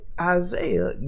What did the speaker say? Isaiah